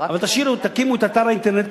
אבל תקימו את אתר האינטרנט,